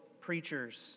preachers